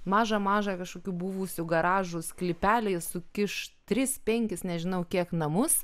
mažą mažą kažkokių buvusių garažų sklypelį sukiš tris penkis nežinau kiek namus